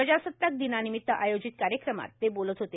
प्रजासत्ताक दिनानिमित आयोजित कार्यक्रमात ते बोलत होते